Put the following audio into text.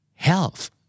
Health